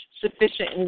sufficient